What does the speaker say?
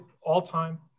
all-time